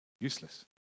useless